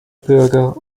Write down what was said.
bürger